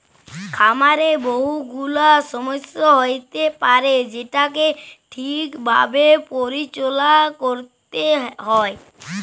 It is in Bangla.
খামারে বহু গুলা ছমস্যা হ্য়য়তে পারে যেটাকে ঠিক ভাবে পরিচাললা ক্যরতে হ্যয়